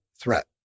threat